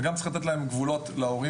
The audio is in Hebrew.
וגם צריך לקבוע גבולות להורים,